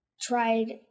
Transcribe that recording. tried